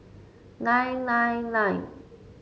nine nine nine